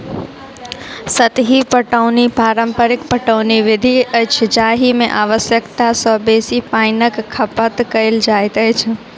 सतही पटौनी पारंपरिक पटौनी विधि अछि जाहि मे आवश्यकता सॅ बेसी पाइनक खपत कयल जाइत अछि